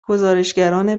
گزارشگران